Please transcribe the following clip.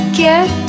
get